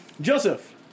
Joseph